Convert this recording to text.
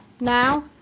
now